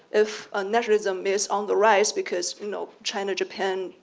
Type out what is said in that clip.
if ah naturalism is on the rise. because, you know china, japan,